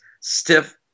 stiff